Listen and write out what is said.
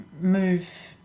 move